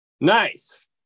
Nice